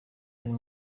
and